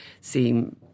seem